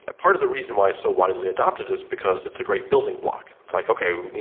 ah part of the reason why it's so widely adopted is because it's a great building block. it's like, okay,